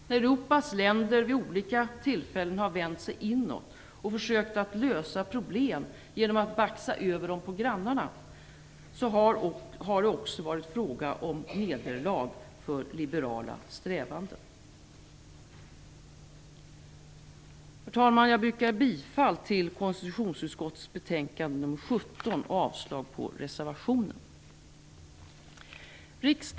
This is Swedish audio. När Europas länder vid olika tillfällen har vänt sig inåt och försökt att lösa problem genom att baxa över dem på grannarna, har det också varit fråga om nederlag för liberala strävanden. Herr talman! Jag yrkar bifall till hemställan i konstitutionsutskottets betänkande nr 17 och avslag på reservationen.